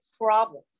problem